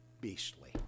beastly